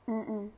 mm